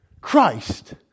Christ